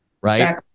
right